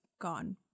gone